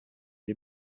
les